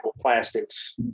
plastics